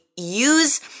Use